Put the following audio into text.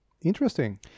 Interesting